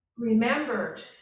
Remembered